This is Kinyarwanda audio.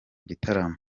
gitaramo